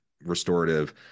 restorative